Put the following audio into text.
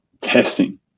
testing